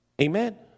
Amen